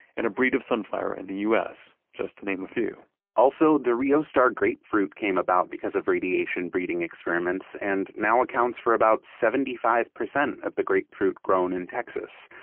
and a breed of sunflower in the u s, just to name a few also the rio star grapefruit came about because of radiation breeding experiments and now accounts for about seventy five percent of the grapefruit grown in texas.